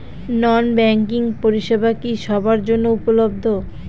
নন banking পরিষেবা কি সবার জন্য উপলব্ধ?